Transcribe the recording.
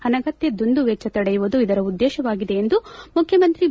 ಅನಗತ್ಯ ದುಂದುವೆಚ್ಚ ತಡೆಯುವುದು ಇದರ ಉದ್ವೇಶವಾಗಿದೆ ಎಂದು ಮುಖ್ಯಮಂತ್ರಿ ಬಿ